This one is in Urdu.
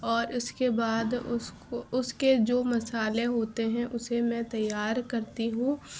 اور اس کے بعد اس کو اس کے جو مسالے ہوتے ہیں اسے میں تیار کرتی ہوں